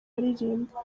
aririmba